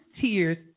tears